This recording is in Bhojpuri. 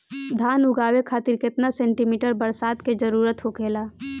धान उगावे खातिर केतना सेंटीमीटर बरसात के जरूरत होखेला?